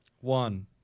One